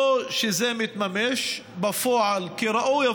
לא שזה מתממש בפועל כראוי,